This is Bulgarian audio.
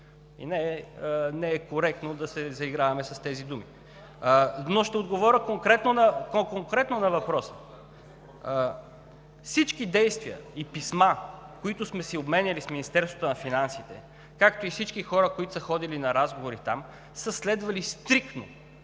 Не е коректно да се заиграваме с тези думи. Ще отговоря конкретно на въпроса. Всички действия и писма, които сме си обменяли с Министерството на финансите, както и всички хора, които са ходили на разговори там, са следвали стриктно